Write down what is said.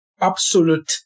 Absolute